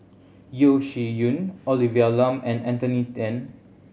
Yeo Shih Yun Olivia Lum and Anthony Then